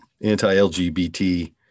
anti-LGBT